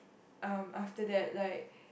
um after that like